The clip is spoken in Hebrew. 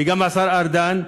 וגם השר ארדן,